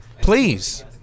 please